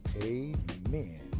Amen